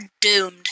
doomed